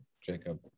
jacob